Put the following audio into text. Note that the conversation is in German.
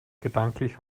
gedanklich